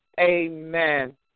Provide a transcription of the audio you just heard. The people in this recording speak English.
amen